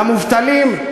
למובטלים,